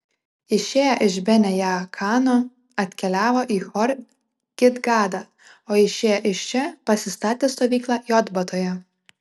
išėję iš bene jaakano atkeliavo į hor gidgadą o išėję iš čia pasistatė stovyklą jotbatoje